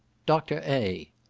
dr. a.